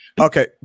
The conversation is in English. Okay